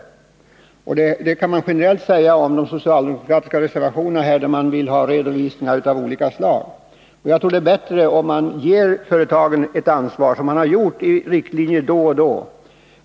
Detta kan Torsdagen den jag generellt säga i fråga om de socialdemokratiska reservationerna, där man 10 december 1981 vill ha redovisningar av olika slag. Jag tror att det är bättre att ge företagen ansvar, som vi har gjort genom att Kapitaltillskott utfärda riktlinjer då och då.